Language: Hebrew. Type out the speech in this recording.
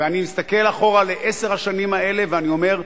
ואני מסתכל אחורה על עשר השנים האלה, ואני אומר: